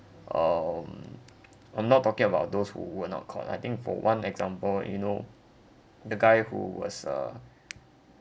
um I'm not talking about those who were not caught I think for one example you know the guy who was a